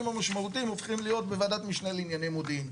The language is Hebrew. המשמעותיים הופכים להיות בוועדת משנה לענייני מודיעין.